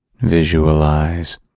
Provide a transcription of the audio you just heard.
visualize